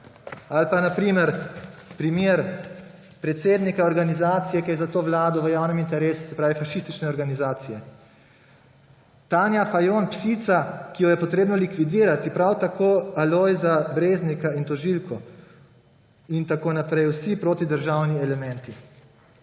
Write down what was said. na primer, primer predsednika organizacije, ki je za to vlado v javnem interesu, torej fašistične organizacije: »Tanja Fajon, psica, ki jo je potrebno likvidirati. Prav tako Alojza Breznika in tožilko …« In tako naprej. »… Vsi protidržavni elementi.«